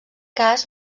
cas